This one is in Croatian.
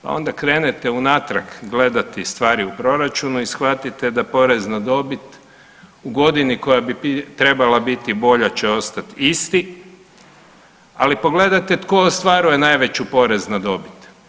Pa onda krenete unatrag gledati stvari u proračunu i shvatite da porez na dobit u godini koja bi trebala biti bolja će ostat isti, ali pogledajte tko ostvaruje najveću porez na dobit?